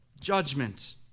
Judgment